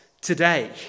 today